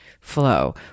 flow